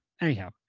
anyhow